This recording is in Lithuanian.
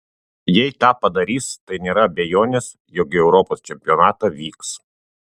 jei tą padarys tai nėra abejonės jog į europos čempionatą vyks